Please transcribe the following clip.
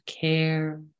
care